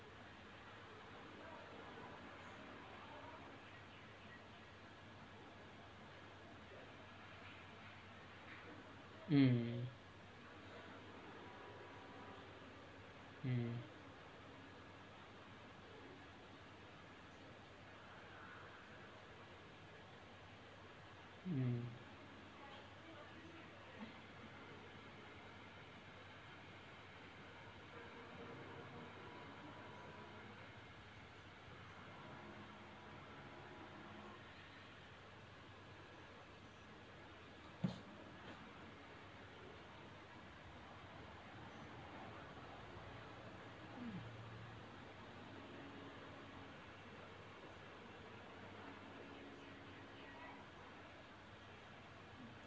mm mm mm